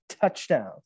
touchdown